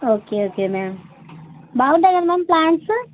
okay okay ma'am బాగుంటాయి కదా ma'am plants